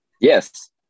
Yes